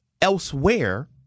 elsewhere